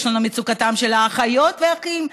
יש לנו מצוקה של האחיות והאחים,